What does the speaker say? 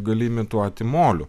gali imituoti moliu